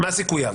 מה הסיכויים?